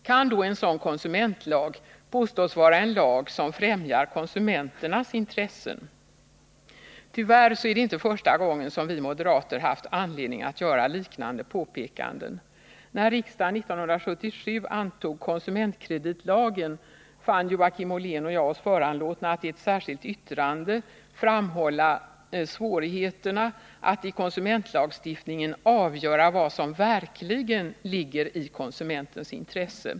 Kan då en sådan konsumentlag påstås vara en lag som främjar konsumenternas intressen? Tyvärr är det inte första gången som vi moderater haft anledning att göra liknande påpekanden. När riksdagen 1977 antog konsumentkreditlagen, fann Joakim Ollén och jag oss föranlåtna att i ett särskilt yttrande framhålla svårigheterna att i konsumentlagstiftningen avgöra vad som verkligen ligger i konsumenternas intresse.